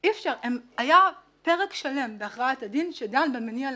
היה פרק שלם בהכרעת הדין שדן במניע לרצח.